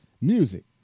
music